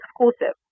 exclusive